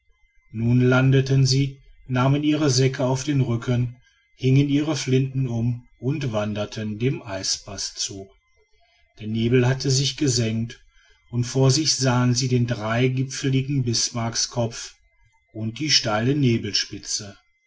nun landeten sie nahmen ihre säcke auf den rücken hingen ihre flinten um und wanderten dem eispaß zu der nebel hatte sich gesenkt und vor sich sahen sie den dreigipfeligen bismarckskopf und die steile